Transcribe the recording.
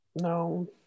no